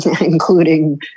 including